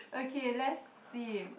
okay let's see